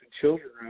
children